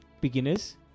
beginners